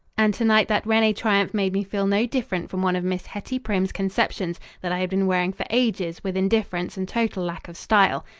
and to-night that rene triumph made me feel no different from one of miss hettie primm's conceptions that i had been wearing for ages with indifference and total lack of style.